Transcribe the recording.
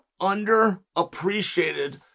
underappreciated